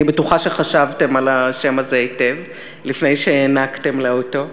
אני בטוחה שחשבתם על השם הזה היטב לפני שהענקתם לה אותו.